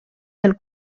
del